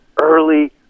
early